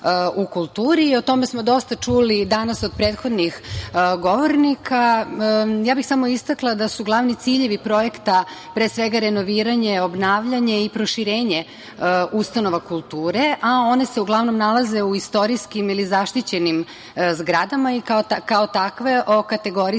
u kulturi. O tome smo dosta čuli danas od prethodnih govornika. Ja bih samo istakla da su glavni ciljevi projekta pre svega renoviranje, obnavljanje i proširenje ustanova kulture, a one se uglavnom nalaze u istorijskim ili zaštićenim zgradama i kao takve okategorisane